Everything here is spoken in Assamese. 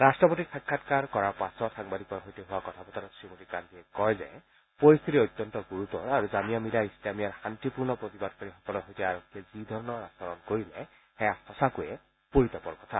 ৰাট্টপতিক সাক্ষাৎ কৰাৰ পাছত সাংবাদিকৰ সৈতে হোৱা কথা বতৰাত শ্ৰীমতী গান্ধীয়ে কয় যে পৰিশ্বিতি অত্যন্ত গুৰুতৰ আৰু জামিয়া মিলিয়া ইছলামিয়া শান্তিপূৰ্ণ প্ৰতিবাদকাৰীসকলৰ সৈতে আৰক্ষীয়ে যিধৰণৰ আচৰণ কৰিলে সেয়া সঁচাকৈয়ে পৰিতাপৰ কথা